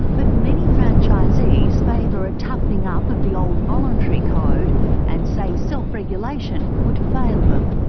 but many franchisees favour a toughening up of the old voluntary code and say self-regulation would fail them.